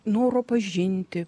noro pažinti